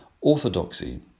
Orthodoxy